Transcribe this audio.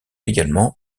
également